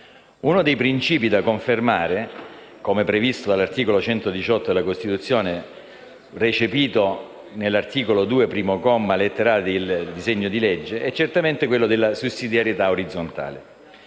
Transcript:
Uno dei principi da confermare, come previsto dall'articolo 118 della Costituzione, recepito nell'articolo 2, primo comma, lettera *a)* del disegno di legge, è certamente quello della sussidiarietà orizzontale.